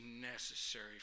necessary